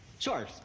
Sure